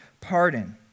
pardon